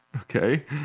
okay